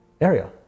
area